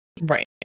Right